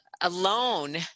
alone